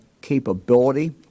capability